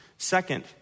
Second